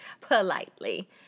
politely